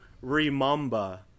remember